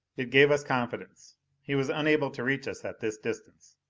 it gave us confidence he was unable to reach us at this distance.